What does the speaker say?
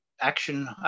Action